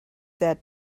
that